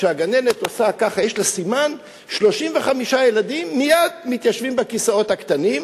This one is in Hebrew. לגננת יש סימן ו-35 ילדים מייד מתיישבים על הכיסאות הקטנים,